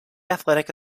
athletic